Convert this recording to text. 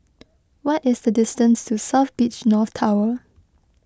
what is the distance to South Beach North Tower